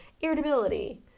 irritability